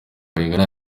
bayingana